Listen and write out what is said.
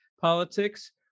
politics